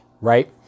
right